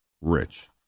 rich